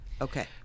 Okay